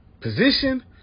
position